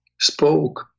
spoke